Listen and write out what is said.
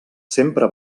sempre